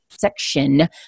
section